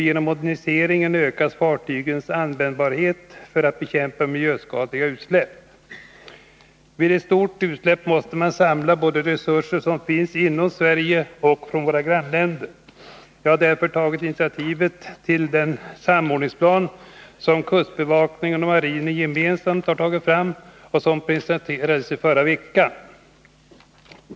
Genom moderniseringen ökas fartygens användbarhet för att bekämpa miljöskadliga utsläpp. Vid ett stort utsläpp måste man samla resurser som finns både inom Sverige och i våra grannländer. Jag har därför tagit initiativet till den samordningsplan som kustbevakningen och marinen gemensamt har tagit fram och som presenterades i förra veckan.